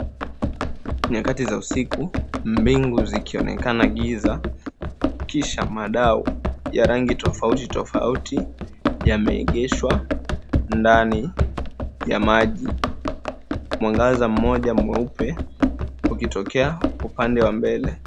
Nyakati za usiku, mbingu zikionekana giza. Kisha madau ya rangi tofauti tofauti yameegeshwa ndani ya maji. Mwangaza mmoja mweupe ukitokea upande wa mbele.